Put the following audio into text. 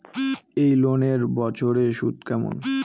এই লোনের বছরে সুদ কেমন?